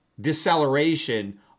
deceleration